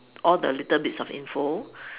all the little bits of info